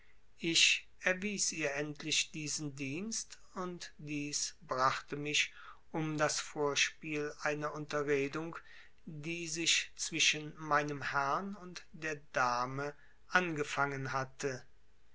ich erwies ihr endlich diesen dienst und dies brachte mich um das vorspiel einer unterredung die sich zwischen meinem herrn und der dame angefangen hatte